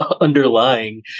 underlying